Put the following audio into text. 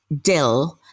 Dill